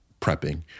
prepping